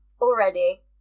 already